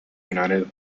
united